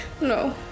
No